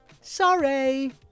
Sorry